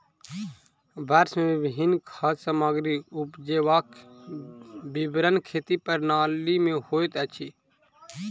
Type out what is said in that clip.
वर्ष मे विभिन्न खाद्य सामग्री उपजेबाक विवरण खेती प्रणाली में होइत अछि